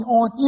on